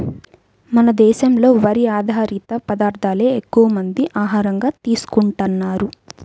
మన దేశంలో వరి ఆధారిత పదార్దాలే ఎక్కువమంది ఆహారంగా తీసుకుంటన్నారు